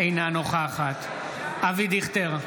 אינה נוכחת אבי דיכטר,